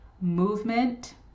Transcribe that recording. movement